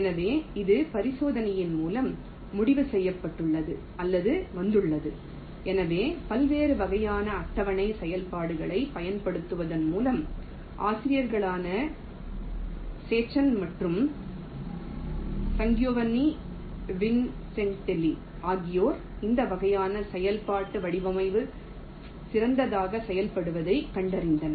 எனவே இது பரிசோதனையின் மூலம் முடிவு செய்யப்பட்டுள்ளது அல்லது வந்துள்ளது எனவே பல்வேறு வகையான அட்டவணை செயல்பாடுகளைப் பயன்படுத்துவதன் மூலம் ஆசிரியர்களான செச்சென் மற்றும் சாங்கியோவானி வின்சென்டெல்லி ஆகியோர் இந்த வகையான செயல்பாடு இடவமைவுக்கு சிறந்ததாக செயல்படுவதைக் கண்டறிந்தனர்